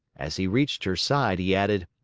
as he reached her side he added,